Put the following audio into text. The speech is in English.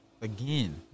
Again